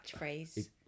catchphrase